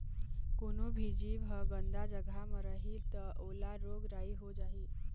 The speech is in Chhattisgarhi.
कोनो भी जीव ह गंदा जघा म रही त ओला रोग राई हो जाही